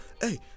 hey